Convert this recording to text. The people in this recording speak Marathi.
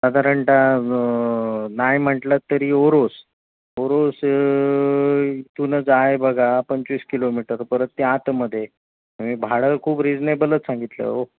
साधारणतः नाही म्हटलत तरी ओरोस ओरोस इथूनच आहे बघा पंचवीस किलोमीटर परत ते आतमध्ये आहे मी भाडं खूप रिजनेबलच सांगितलं आहे हो